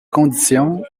conditions